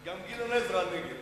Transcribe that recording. גם גדעון עזרא נגד.